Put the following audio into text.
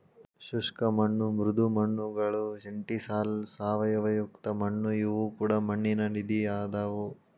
ಶುಷ್ಕ ಮಣ್ಣು ಮೃದು ಮಣ್ಣುಗಳು ಎಂಟಿಸಾಲ್ ಸಾವಯವಯುಕ್ತ ಮಣ್ಣು ಇವು ಕೂಡ ಮಣ್ಣಿನ ವಿಧ ಅದಾವು